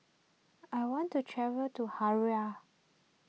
I want to travel to Harare